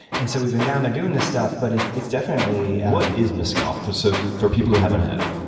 and so we've been down there doing this stuff. but it's it's definitely what is mezcal for so for people who haven't had it?